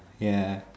ya